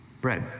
Bread